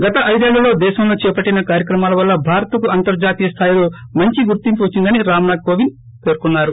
గత ఐదేళ్లలో దేశంలో చేపట్టిన కార్యక్రమాల వల్ల భారత్కు అంతర్జాతీయ స్థాయిలో మంచి గుర్తింపు వచ్చిందని రామ్నాథ్ కోవింద్ పేర్కొన్నారు